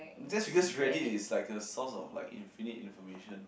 just because Reddit is like a source of like infinite information